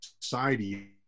society